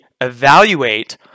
evaluate